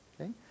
Okay